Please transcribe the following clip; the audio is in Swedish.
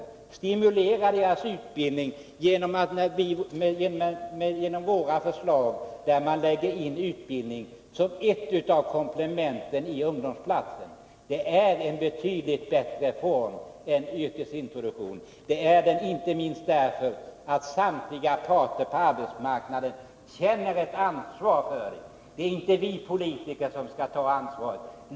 Deras intresse för utbildning kan stimuleras genom våra förslag, där utbildning läggs in som en av komponenterna avseende ungdomsplatser. Det är en betydligt bättre form än yrkesintroduktion — inte minst därför att samtliga parter på arbetsmarknaden känner ett ansvar. Det är inte vi politiker som skall ta ansvaret.